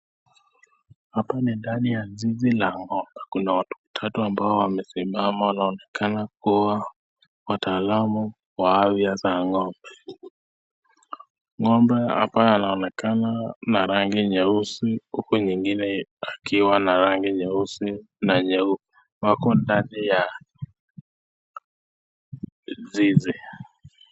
Hapa ni ndani ya zizi la ng'ombe, kuna watu tatu ambao wamesimama na wanaonekana kuwa wataalamu wa afya za ng'ombe. Ng'ombe hapa anaonekana na rangi nyeusi, huku nyingine akiwa na rangi nyeusi na nyeupe, wako ndani ya zizi.